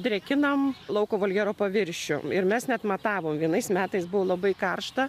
drėkinam lauko voljero paviršių ir mes net matavom vienais metais buvo labai karšta